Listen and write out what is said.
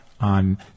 on